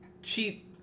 She-